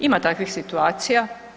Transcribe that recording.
Ima takvih situacija.